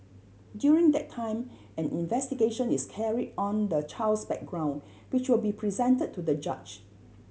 during that time an investigation is carried on the child's background which will be presented to the judge